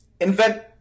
invent